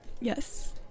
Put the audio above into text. Yes